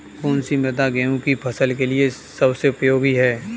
कौन सी मृदा गेहूँ की फसल के लिए सबसे उपयोगी है?